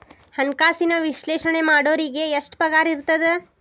ಹಣ್ಕಾಸಿನ ವಿಶ್ಲೇಷಣೆ ಮಾಡೋರಿಗೆ ಎಷ್ಟ್ ಪಗಾರಿರ್ತದ?